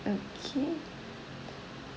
okay